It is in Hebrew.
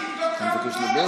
זה לא נכון, תבדוק את העובדות.